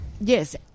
Yes